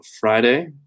Friday